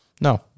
no